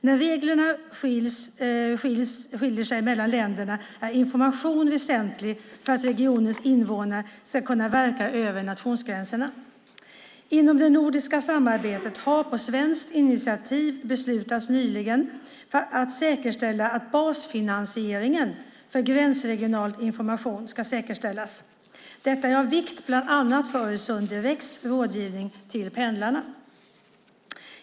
När reglerna skiljer sig mellan länderna är information väsentlig för att regionens invånare ska kunna verka över nationsgränserna. Inom det nordiska samarbetet har på svenskt initiativ beslut nyligen fattats för att säkerställa basfinansiering för gränsregional information. Detta är av vikt för bland annat Öresund direkts rådgivning till pendlarna.